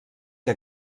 que